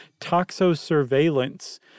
toxo-surveillance